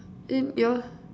and your